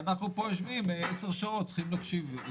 ואנחנו פה יושבים 10 שעות צריכים להקשיב.